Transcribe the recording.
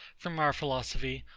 from our philosophy,